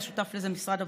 היה שותף לזה משרד הבריאות,